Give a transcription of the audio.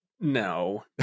No